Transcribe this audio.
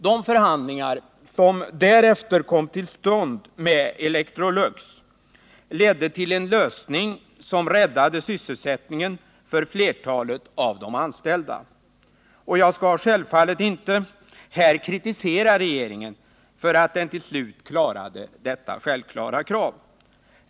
De förhandlingar som därefter kom till stånd med Electrolux ledde till en lösning som räddade sysselsättningen för flertalet av de anställda. Och jag skall självfallet inte här kritisera regeringen för att den till slut klarade detta självklara krav.